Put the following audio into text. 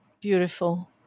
Beautiful